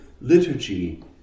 liturgy